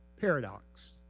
paradox